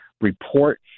report